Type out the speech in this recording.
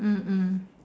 mm mm